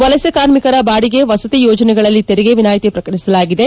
ವಲಸೆ ಕಾರ್ಮಿಕರ ಬಾಡಿಗೆ ವಸತಿ ಯೋಜನೆಗಳಲ್ಲಿ ತೆರಿಗೆ ವಿನಾಯ್ತಿಯನ್ನು ಪ್ರಕಟಸಲಾಗಿದೆ